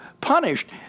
punished